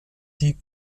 die